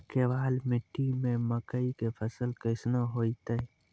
केवाल मिट्टी मे मकई के फ़सल कैसनौ होईतै?